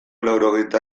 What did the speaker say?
laurogeita